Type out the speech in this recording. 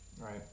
right